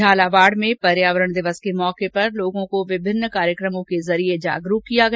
झालावाड में भी पर्यावरण दिवस के अवसर पर लोगों को कार्यक्रमों के जरिये जागरूक किया गया